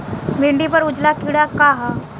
भिंडी पर उजला कीड़ा का है?